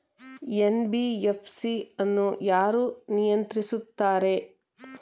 NBFC ಅನ್ನು ಯಾರು ನಿಯಂತ್ರಿಸುತ್ತಾರೆ?